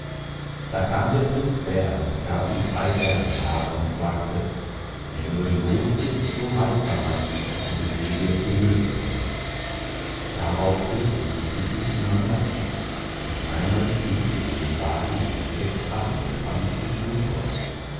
da kam der prinz bär und gab ihm drei bärenhaare und sagte wenn du in noth bist so reib daran und ich will dir zu hülfe kommen darauf küßten sie sich und nahmen abschied und reinald stieg in einen wagen mit sechs rappen bespannt und fuhr fort